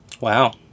Wow